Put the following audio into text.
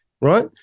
right